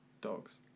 Dogs